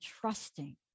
trusting